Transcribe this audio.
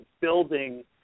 building